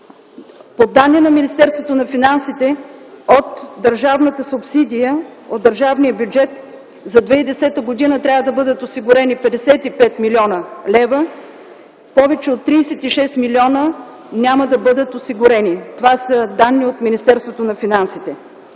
По данни на Министерството на финансите от държавната субсидия, от държавния бюджет за 2010 г. трябва да бъдат осигурени 55 млн. лв. Повече от 36 милиона няма да бъдат осигурени. Това са данни от Министерството на финансите.